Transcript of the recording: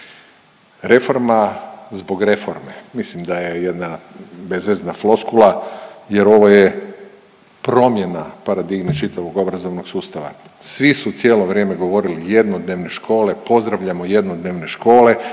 Reforma zbog reforme. Mislim da je jedna bezvezna floskula jer ovo je promjena paradigme čitavog obrazovnog sustava. Svi su cijelo vrijeme govorili jednodnevne škole, pozdravljamo jednodnevne škole,